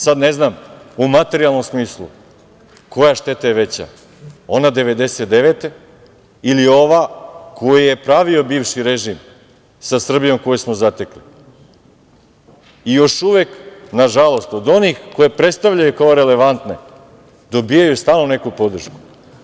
Sad, ne znam, u materijalnom smislu, koja šteta je veća, ona 1999. godine ili ova koju je pravio bivši režim, sa Srbijom koju smo zatekli i još uvek, nažalost, od onih koje predstavljaju kao relevantne, dobijaju stalno neku podršku.